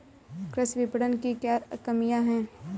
कृषि विपणन की क्या कमियाँ हैं?